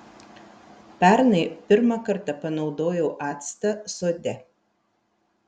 pernai pirmą kartą panaudojau actą sode